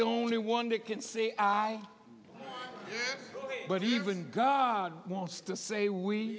the only one that can see but even god wants to say we